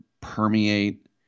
permeate